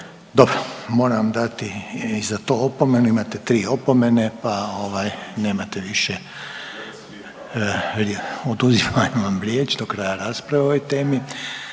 Dobro, moram dati i za to opomenu, imate 3 opomene, pa ovaj nemate više, oduzimam vam riječ do kraja rasprave o ovoj temi.